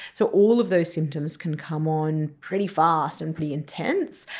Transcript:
so all of those symptoms can come on pretty fast and pretty intense,